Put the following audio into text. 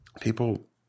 People